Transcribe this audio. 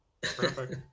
Perfect